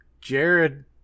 jared